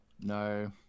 no